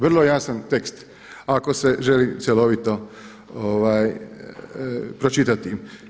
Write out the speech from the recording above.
Vrlo je jasan tekst ako se želi cjelovito pročitati.